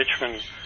Richmond